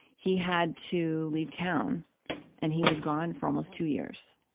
he had to leave town and he was gone for almost two years.